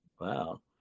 wow